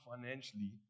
financially